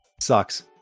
Sucks